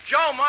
Joe